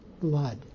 blood